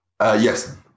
Yes